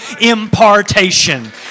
impartation